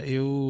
eu